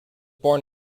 born